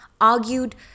argued